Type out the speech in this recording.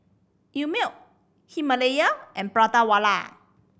Einmilk Himalaya and Prata Wala